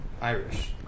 Irish